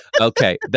Okay